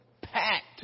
packed